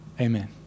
amen